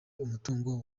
umutungo